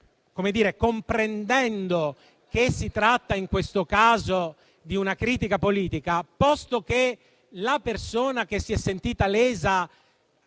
comprendendo che si tratta in questo caso di una critica politica, posto che la persona che si è sentita lesa